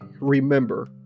remember